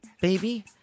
baby